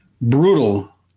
brutal